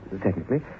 technically